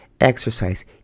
exercise